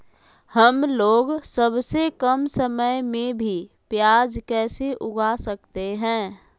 हमलोग सबसे कम समय में भी प्याज कैसे उगा सकते हैं?